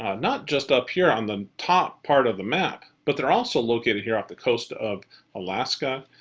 ah not just up here on the top part of the map, but they're also located here off the coast of alaska,